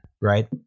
Right